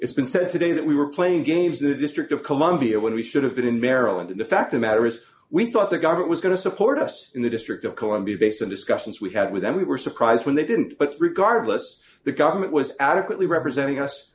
it's been said today that we were playing games that district of columbia when we should have been in maryland in the fact the matter is we thought the government was going to support us in the district of columbia based on discussions we had with them we were surprised when they didn't but regardless the government was adequately representing us